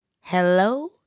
Hello